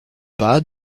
pas